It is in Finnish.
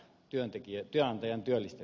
työntekijät tilanteen työllisti